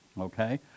Okay